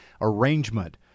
arrangement